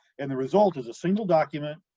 and the result is a single document,